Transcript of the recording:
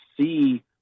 see